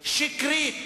שקרית,